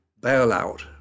bailout